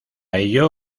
ello